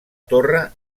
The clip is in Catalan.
torre